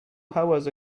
hours